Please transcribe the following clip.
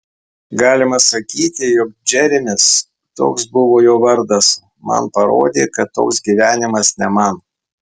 galima sakyti jog džeremis toks buvo jo vardas man parodė kad toks gyvenimas ne man